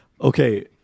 Okay